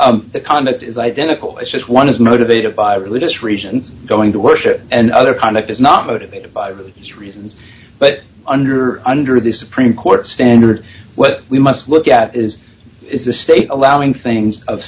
the conduct is identical it's just one is motivated by religious reasons going to worship and other conduct is not motivated by its reasons but under under the supreme court standard what we must look at is is the state allowing things of